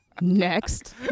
Next